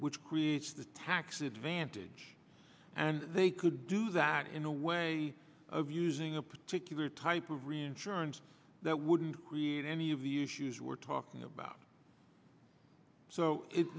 which creates the tax advantage and they i could do that in a way of using a particular type of reinsurance that wouldn't create any of the issues we're talking about so i